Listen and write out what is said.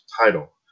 title